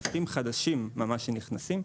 ענפים חדשים ממש שנכנסים,